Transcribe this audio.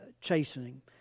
chastening